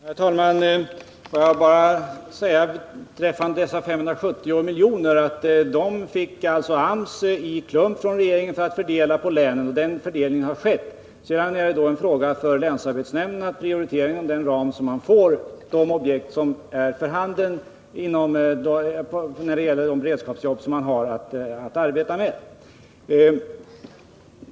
Herr talman! Får jag bara säga beträffande de 570 miljonerna att AMS från regeringen fick de pengarna i klump för att fördela på länen. Den fördelningen har skett. Sedan är det en fråga för resp. länsarbetsnämnd att inom den givna ramen prioritera bland de objekt som finns när det gäller de beredskapsjobb man har att arbeta med.